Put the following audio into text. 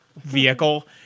vehicle